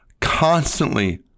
constantly